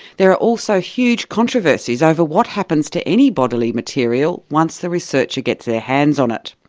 there are also huge controversies over what happens to any bodily material once the researcher gets their hands on it.